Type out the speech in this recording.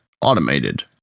automated